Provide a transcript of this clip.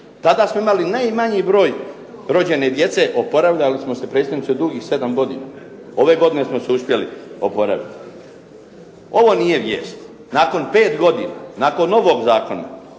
Tada smo imali najmanji broj rođene djece, oporavljali smo se predsjedniče dugih sedam godina. Ove godine smo se uspjeli oporaviti. Ovo nije vijest. Nakon pet godina, nakon novog zakona,